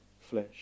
flesh